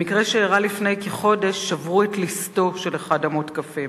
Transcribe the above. במקרה שאירע לפני כחודש שברו את לסתו של אחד המותקפים.